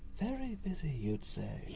very busy, you'd say?